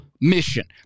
mission